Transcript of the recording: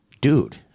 dude